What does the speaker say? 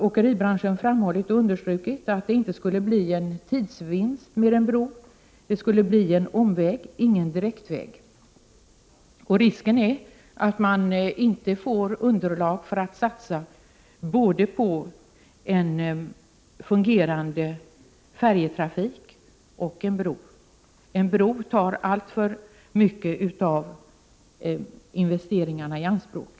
Åkeribranschen har understrukit att det inte skulle bli någon tidsvinst med en bro; det skulle bli en omväg, ingen direktväg. Risken är att man inte får underlag för att satsa på både en fungerande färjetrafik och en bro. En bro tar alltför mycket av investeringarna i anspråk.